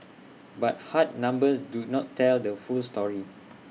but hard numbers do not tell the full story